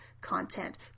content